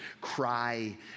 Cry